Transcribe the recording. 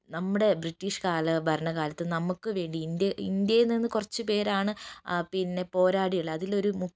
നമ്മുടെ ബ്രിട്ടീഷ് കാല ഭരണകാലത്ത് നമുക്ക് വേണ്ടി ഇന്ത്യയിൽനിന്ന് കുറച്ചുപേരാണ് ആ പിന്നെ പോരാടിയിട്ടുള്ളത് അതിലൊരു